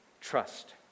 Trust